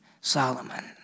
Solomon